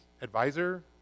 advisor